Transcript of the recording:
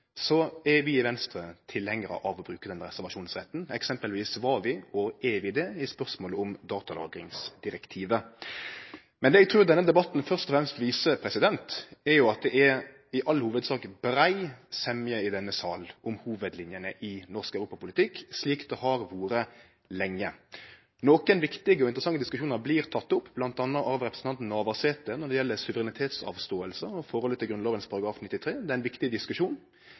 er vi i Venstre tilhengar av å bruke den reservasjonsretten. Eksempelvis var vi og er vi det i spørsmål om datalagringsdirektivet. Men det eg trur denne debatten først og fremst viser, er at det i all hovudsak er brei semje i denne salen om hovudlinjene i norsk europapolitikk, slik det har vore lenge. Nokre viktige og interessante diskusjonar blir tekne opp, bl.a. av representanten Navarsete, når det gjeld avståing frå suverenitet og forholdet til Grunnlova § 93. Det er ein viktig diskusjon.